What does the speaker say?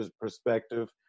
perspective